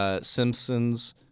Simpsons